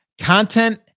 content